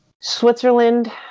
Switzerland